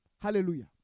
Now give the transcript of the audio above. Hallelujah